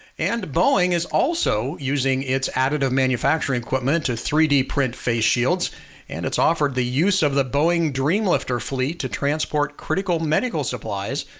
and boeing is also using it's additive manufacturing equipment to three d print face shields and it's offered the use of the boeing dreamlifter fleet to transport critical medical supplies.